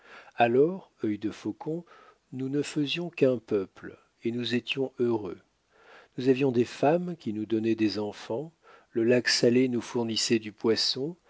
alors œil de faucon nous ne faisions qu'un peuple et nous étions heureux nous avions des femmes qui nous donnaient des enfants le lac salé nous fournissait du poisson